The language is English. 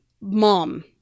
mom